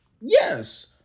Yes